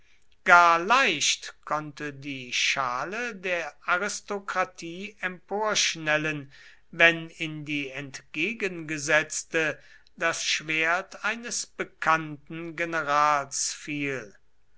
gar leicht konnte die schale der aristokratie emporschnellen wenn in die entgegengesetzte das schwert eines bekannten generals fiel